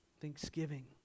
Thanksgiving